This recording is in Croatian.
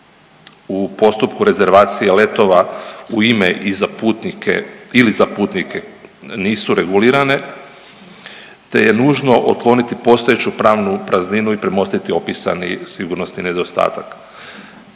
u postupku rezervacije letova u ime i za putnike ili za putnike nisu regulirane te je nužno otkloniti postojeću pravnu prazninu i premostiti opisani sigurnosni nedostatak.